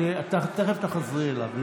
תכף תחזרי אליו.